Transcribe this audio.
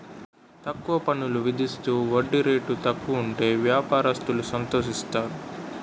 తక్కువ పన్నులు విధిస్తూ వడ్డీ రేటు తక్కువ ఉంటే వ్యాపారస్తులు సంతోషిస్తారు